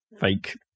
fake